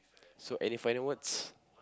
so any final words